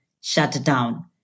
shutdown